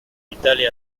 italia